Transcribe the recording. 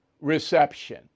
reception